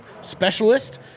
specialist